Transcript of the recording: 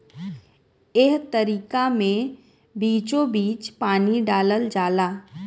एह तरीका मे बीचोबीच पानी डालल जाला